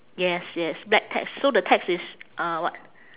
yes yes black text so the text is uh what